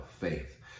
faith